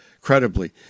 credibly